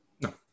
No